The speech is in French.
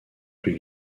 plus